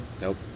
Nope